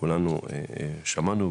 שכולנו שמענו,